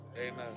Amen